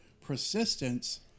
persistence